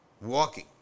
walking